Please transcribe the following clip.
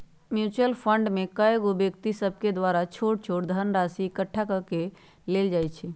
mutual fund में कएगो व्यक्ति सभके द्वारा छोट छोट धनराशि एकठ्ठा क लेल जाइ छइ